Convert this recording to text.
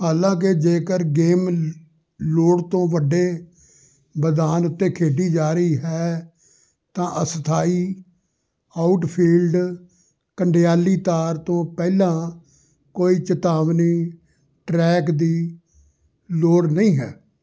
ਹਾਲਾਂਕਿ ਜੇਕਰ ਗੇਮ ਲੋੜ ਤੋਂ ਵੱਡੇ ਮੈਦਾਨ ਉੱਤੇ ਖੇਡੀ ਜਾ ਰਹੀ ਹੈ ਤਾਂ ਅਸਥਾਈ ਆਊਟਫੀਲਡ ਕੰਡਿਆਲੀ ਤਾਰ ਤੋਂ ਪਹਿਲਾਂ ਕੋਈ ਚੇਤਾਵਨੀ ਟਰੈਕ ਦੀ ਲੋੜ ਨਹੀਂ ਹੈ